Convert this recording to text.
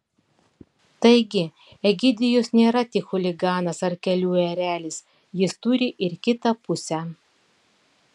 taigi egidijus nėra tik chuliganas ar kelių erelis jis turi ir kitą pusę